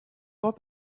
pas